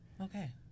Okay